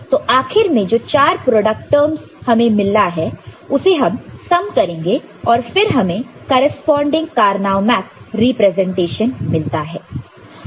YFABCDBDCDABCABCD तो आखिर में जो चार प्रोडक्ट टर्मस हमें मिला है उसे हम सम करेंगे और फिर हमें करेस्पॉन्डिंग कार्नो मैप रिप्रेजेंटेशन मिलता है